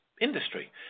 industry